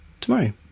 tomorrow